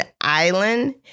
Island